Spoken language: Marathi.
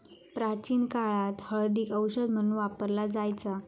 प्राचीन काळात हळदीक औषध म्हणून वापरला जायचा